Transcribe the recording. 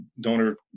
donor